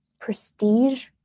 prestige